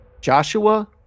Joshua